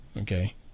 okay